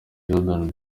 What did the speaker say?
jordan